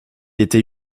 était